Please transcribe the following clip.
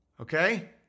okay